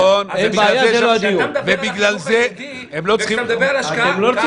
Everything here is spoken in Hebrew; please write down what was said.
וכמובן גם "מסע" וכל התוכניות